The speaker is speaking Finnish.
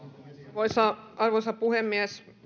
arvoisa arvoisa puhemies